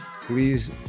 Please